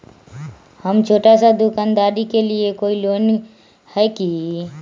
हम छोटा सा दुकानदारी के लिए कोई लोन है कि?